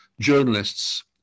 journalists